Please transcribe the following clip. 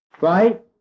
Right